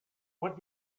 what